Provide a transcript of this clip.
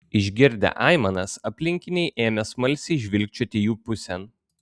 išgirdę aimanas aplinkiniai ėmė smalsiai žvilgčioti jų pusėn